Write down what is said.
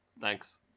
Thanks